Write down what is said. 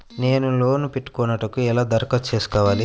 నేను లోన్ పెట్టుకొనుటకు ఎలా దరఖాస్తు చేసుకోవాలి?